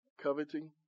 Coveting